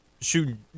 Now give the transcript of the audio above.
shooting